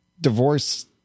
divorce